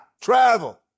travel